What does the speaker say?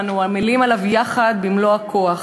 ואנו עמלים על כך יחד במלוא הכוח.